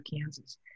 Kansas